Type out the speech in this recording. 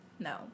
No